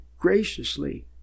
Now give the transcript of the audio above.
graciously